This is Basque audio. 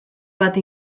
bat